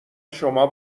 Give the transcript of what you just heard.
شما